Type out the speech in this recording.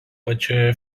pačioje